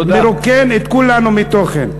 מרוקן את כולנו מתוכן.